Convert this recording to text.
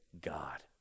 God